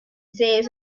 save